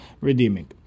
redeeming